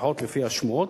לפחות לפי השמועות,